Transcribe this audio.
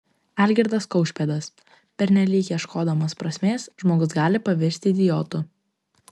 algirdas kaušpėdas pernelyg ieškodamas prasmės žmogus gali pavirsti idiotu